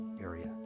area